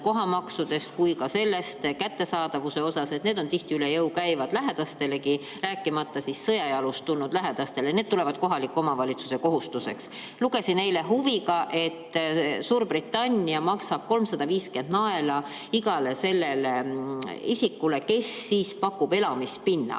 kohamaksude kui ka kättesaadavuse kohta, et need on tihti üle jõu käivad lähedastelegi, rääkimata siis sõja jalust tulnud inimestest. Need tulevad kohaliku omavalitsuse kohustuseks. Lugesin eile huviga, et Suurbritannia maksab 350 naela igale isikule, kes pakub elamispinna.